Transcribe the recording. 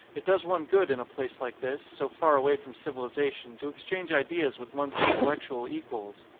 it does one good in a place like this, so far away from civilisation, to exchange ideas with one's intellec tual equals.